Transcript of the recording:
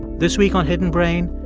this week on hidden brain,